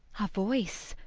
a voice,